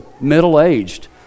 middle-aged